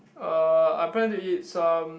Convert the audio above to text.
uh I plan to eat some